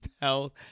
health